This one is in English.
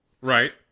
right